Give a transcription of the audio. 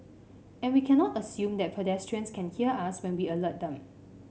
and we cannot assume that pedestrians can hear us when we alert them